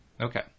Okay